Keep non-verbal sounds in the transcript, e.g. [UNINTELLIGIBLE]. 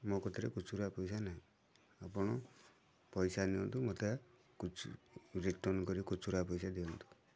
ମୋ କତିରେ ଖୁଚୁରା ପଇସା ନାହିଁ ଆପଣ ପଇସା ନିଅନ୍ତୁ ମୋତେ [UNINTELLIGIBLE] ରିଟର୍ନ କରି ଖୁଚୁରା ପଇସା ଦିଅନ୍ତୁ